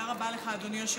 תודה רבה לך, אדוני היושב-ראש.